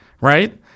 right